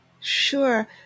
Sure